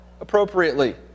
appropriately